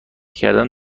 کردن